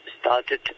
started